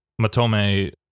Matome